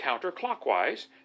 counterclockwise